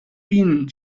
bienen